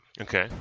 Okay